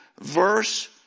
verse